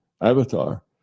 avatar